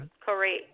Correct